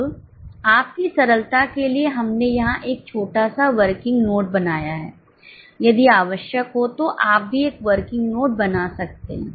अब आपकी सरलता के लिए हमने यहाँ एक छोटा सा वर्किंग नोट बनाया है यदि आवश्यक हो तो आप भी एक वर्किंग नोट बना सकते हैं